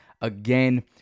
again